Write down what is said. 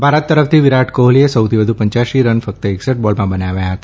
ભારત તરફથી વિરાટ કોફલીએ સૌથી વધુ પંચ્યાસી રન ફકત એકસઠ બોલમાં બનાવ્યા હતા